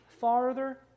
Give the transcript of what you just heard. farther